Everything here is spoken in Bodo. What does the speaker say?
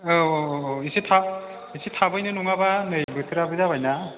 औ औ औ एसे थाब एसे थाबैनो नङाबा नै बोथोराबो जाबाय ना